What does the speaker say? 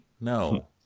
No